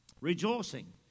rejoicing